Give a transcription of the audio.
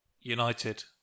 United